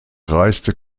reiste